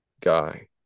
guy